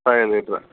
five litre